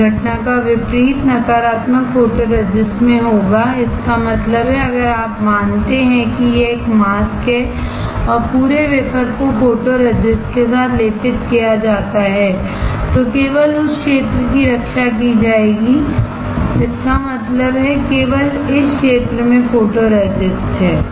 इस घटना का विपरीत नकारात्मक फोटोरेसिस्ट में होगा इसका मतलब है अगर आप मानते हैं कि यह एक मास्क है और पूरे वेफर को फोटोरेसिस्ट के साथ लेपित किया जाता है तो केवल उस क्षेत्र की रक्षा की जाएगी इसका मतलब है केवल इस क्षेत्र में फोटोरेसिस्ट हैं